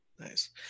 Nice